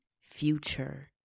future